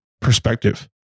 perspective